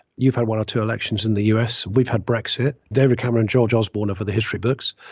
you've had one or two elections in the us. we've had brexit. david cameron, george osborne for the history books.